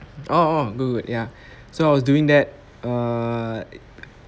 oh oh good good ya so I was doing that uh